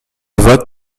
vote